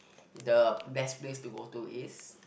the best place to go to is